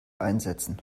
einsetzen